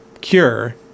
cure